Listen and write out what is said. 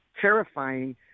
terrifying